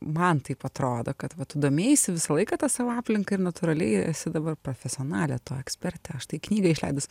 man taip atrodo kad va tu domėjaisi visą laiką ta savo aplinka natūraliai esi dabar profesionalė to ekspertė štai knygą išleidus